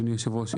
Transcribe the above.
אדוני היושב-ראש,